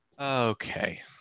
Okay